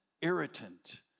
irritant